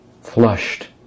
flushed